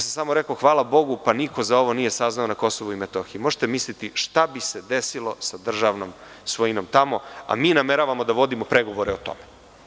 Samo sam rekao – hvala Bogu, pa niko za ovo nije saznao na Kosovu i Metohiji, možete misliti šta bi se desilo sa državnom svojinom tamo, a mi nameravamo da vodimo pregovore o tome.